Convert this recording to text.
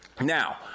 Now